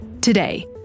Today